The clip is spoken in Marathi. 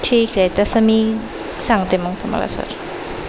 ठीक आहे तसं मी सांगते मग तुम्हाला सर